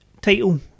title